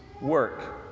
work